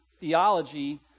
theology